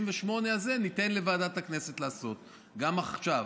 98 ניתן לוועדת הכנסת לעשות גם עכשיו,